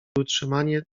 utrzymanie